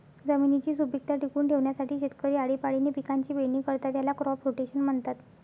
जमिनीची सुपीकता टिकवून ठेवण्यासाठी शेतकरी आळीपाळीने पिकांची पेरणी करतात, याला क्रॉप रोटेशन म्हणतात